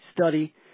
study